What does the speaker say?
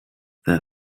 their